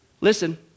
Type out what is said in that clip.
Listen